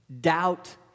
doubt